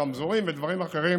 רמזורים ודברים אחרים